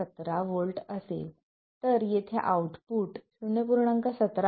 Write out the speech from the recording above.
17 volt असेल तर येथे आउटपुट 0